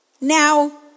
Now